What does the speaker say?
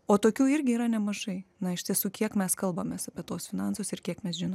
o tokių irgi yra nemažai na iš tiesų kiek mes kalbamės apie tuos finansus ir kiek mes žinom